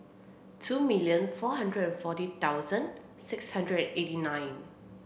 two million four hundred forty thousand six hundred eighty nine